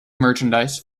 merchandise